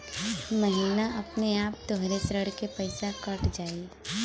महीना अपने आपे तोहरे ऋण के पइसा कट जाई